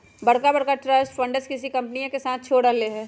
बड़का बड़का trust funds चीनी कंपनियन के साथ छोड़ रहले है